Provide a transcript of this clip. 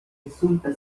resulta